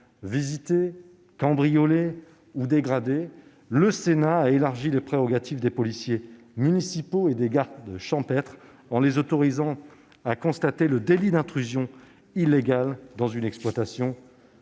visitées, cambriolées ou dégradées, le Sénat a élargi les prérogatives des policiers municipaux et des gardes champêtres en les autorisant à constater le délit d'intrusion illégale dans une exploitation